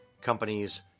companies